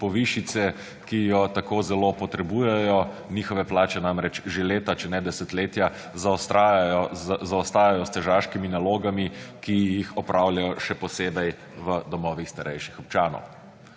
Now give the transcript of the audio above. povišice, ki jo tako zelo potrebujejo. Njihove plače namreč že leta, če ne desetletja, zaostajajo – s težaškimi nalogami, ki jih opravljajo, še posebej v domovih starejših občanov.